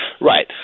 Right